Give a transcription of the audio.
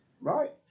right